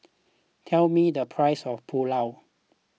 tell me the price of Pulao